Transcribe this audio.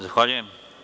Zahvaljujem.